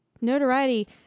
notoriety